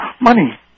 money